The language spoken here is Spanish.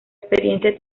experiencia